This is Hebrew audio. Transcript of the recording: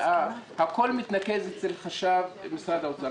הכול מתנקז אצל חשב משרד האוצר.